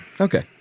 Okay